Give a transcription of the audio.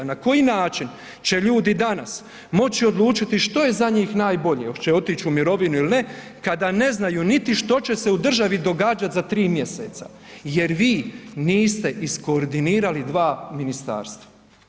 Na koji način će ljudi danas moći odlučiti što je za njih najbolje, hoće otići u mirovinu ili ne, kada ne znaju niti što će se u državi događati za 3 mj. jer vi niste iskoordinirali 2 ministarstva.